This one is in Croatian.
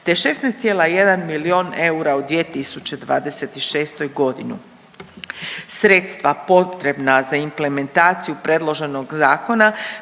te 16,1 milijun eura u 2026. godini. Sredstva potrebna za implementaciju predloženog zakona